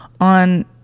on